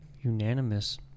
unanimous